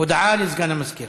הודעה לסגן המזכירה.